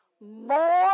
more